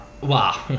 Wow